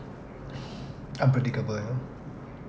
unpredictable ya